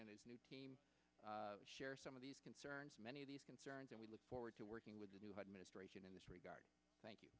and his new team share some of these concerns many of these concerns and we look forward to working with you had ministration in this regard thank you